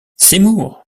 seymour